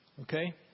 okay